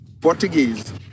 portuguese